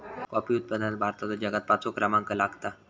coffee उत्पादनात भारताचो जगात पाचवो क्रमांक लागता